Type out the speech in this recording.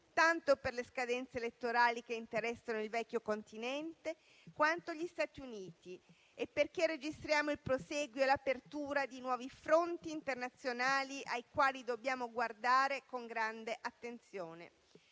tanto per le scadenze elettorali che interessano il vecchio Continente quanto gli Stati Uniti, sia perché registriamo il prosieguo e l'apertura di nuovi fronti internazionali, ai quali dobbiamo guardare con grande attenzione.